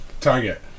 Target